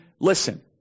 listen